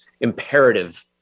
imperative